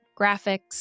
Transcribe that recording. graphics